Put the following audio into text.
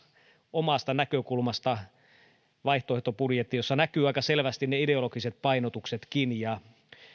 omasta näkökulmasta aika kirkkaan vaihtoehtobudjetin jossa näkyvät aika selvästi ne ideologiset painotuksetkin